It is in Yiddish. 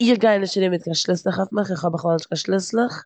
איך גיי נישט ארום מיט קיין שליסלעך אויף מיך, כ'האב בכלל נישט קיין שליסלעך,